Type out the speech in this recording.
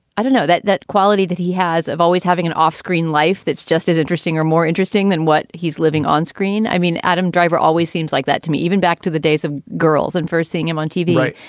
i don't know that that quality that he has of always having an offscreen life that's just as interesting or more interesting than what he's living onscreen. i mean, adam driver always seems like that to me, even back to the days of girls and first seeing him on tv. right.